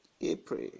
April